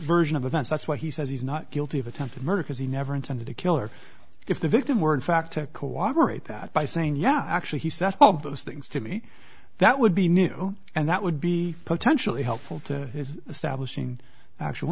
version of events that's what he says he's not guilty of attempted murder because he never intended to kill or if the victim were in fact to cooperate that by saying yeah actually he said all of those things to me that would be new and that would be potentially helpful to establishing actual